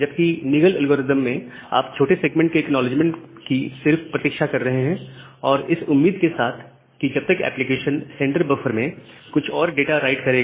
जबकि Nagle algorithm में आप छोटे सेगमेंट के एक्नॉलेजमेंट कि सिर्फ प्रतीक्षा कर रहे हैं इस उम्मीद के साथ कि तब तक एप्लीकेशन सेंडर बफर में कुछ और डेटा राइट करेगा